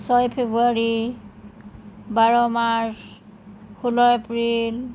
ছয় ফেব্ৰুৱাৰী বাৰ মাৰ্চ ষোল্ল এপ্ৰিল